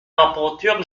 rapporteure